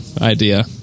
idea